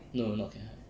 no not care high